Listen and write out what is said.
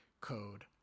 Code